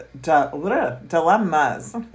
dilemmas